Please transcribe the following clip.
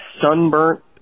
sunburnt